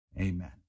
Amen